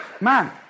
man